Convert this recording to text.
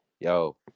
Yo